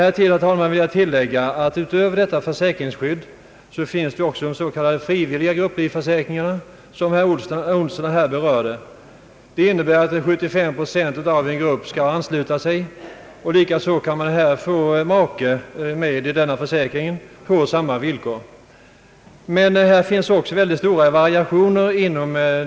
Härutöver, herr talman, vill jag tilllägga att förutom detta försäkringsskydd finns också möjlighet att teckna frivillig försäkring för vissa grupper, något som herr Olsson berörde. Ett villkor är dock att 75 procent av en grupp måste ansluta sig till försäkringen. Inom denna försäkringsform finns stora variationer.